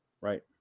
Right